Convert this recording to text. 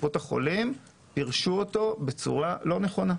קופות החולים פירשו אותו בצורה לא נכונה.